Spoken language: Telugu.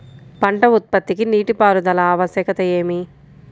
పంట ఉత్పత్తికి నీటిపారుదల ఆవశ్యకత ఏమి?